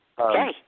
Okay